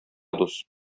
дус